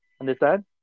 Understand